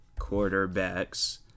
quarterbacks